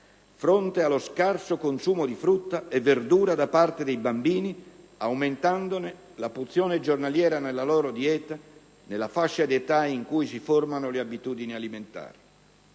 fronte allo scarso consumo di frutta e verdura da parte dei bambini, aumentandone la porzione giornaliera nella loro dieta nella fascia di età in cui si formano le abitudini alimentari.